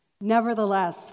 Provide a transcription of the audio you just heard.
Nevertheless